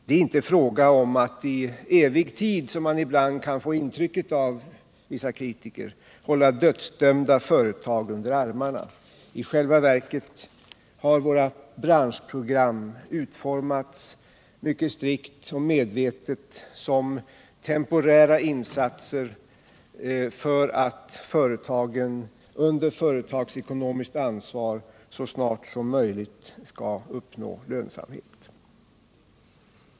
Det är inte fråga om att i evig tid, vilket man kan få intryck av när man hör vissa kritiker, hålla dödsdömda företag under armarna. I själva verket har våra branschprogram utformats mycket strikt och medvetet som temporära insatser för att företagen under företagsekonomiskt ansvar så snart som möjligt skall uppnå lönsamhet.